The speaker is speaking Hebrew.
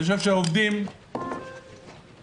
אני חושב שהעובדים נפגעו,